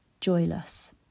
joyless